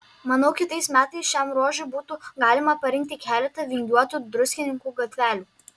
manau kitais metais šiam ruožui būtų galima parinkti keletą vingiuotų druskininkų gatvelių